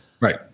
right